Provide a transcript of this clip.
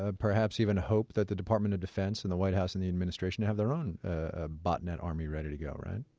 ah perhaps even hope, that the department of defense and the white house and the administration have their own ah botnet army ready to go, right?